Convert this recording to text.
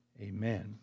amen